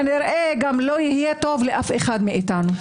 כנראה גם לא יהיה טוב לאף אחד מאתנו.